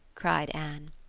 cried anne.